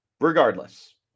Regardless